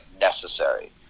necessary